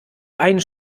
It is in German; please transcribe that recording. ein